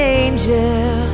angel